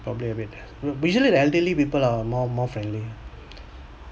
probably a bit ah usually the elderly people are more more friendly